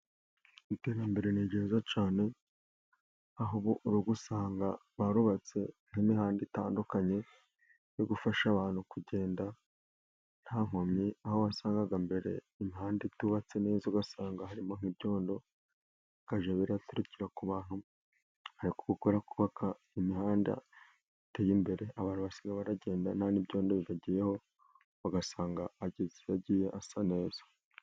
iIterambere ni ryiza cyane, aho ubu uri gusanga barubatse nk'imihanda itandukanye yo gufasha abantu kugenda nta nkomyi. Aho wasangaga mbere imihanda itubatse neza, ugasanga harimo ibyondo bikajya bitarukira ku bantu. Ariko ubu kubera kubaka imihanda iteye imbere, abantu basigaye bagenda nta n'ibyondo bibagiyeho, bagasanga bageze bagiye basa neza.